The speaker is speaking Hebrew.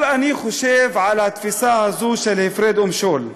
אבל אני חושב על התפיסה הזו של הפרד ומשול,